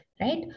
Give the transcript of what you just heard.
right